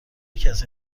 کسی